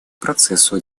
процессу